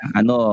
ano